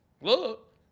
Look